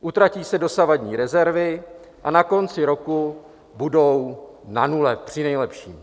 Utratí se dosavadní rezervy a na konci roku budou na nule, přinejlepším.